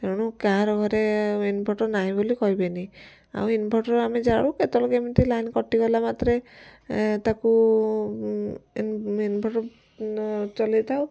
ତେଣୁ କାହାର ଘରେ ଇନଭର୍ଟର ନାହିଁ ବୋଲି କହିବେନି ଆଉ ଇନଭର୍ଟର ଆମେ ଜାଳୁ କେତେବେଳେ କେମିତି ଲାଇନ କଟିଗଲା ମାତ୍ରେ ତାକୁ ଏମ ଇନଭର୍ଟର ଚଲେଇଥାଉ